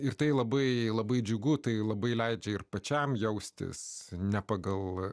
ir tai labai labai džiugu tai labai leidžia ir pačiam jaustis ne pagal